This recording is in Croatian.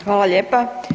Hvala lijepa.